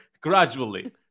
gradually